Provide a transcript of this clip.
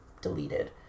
deleted